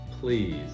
please